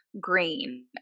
green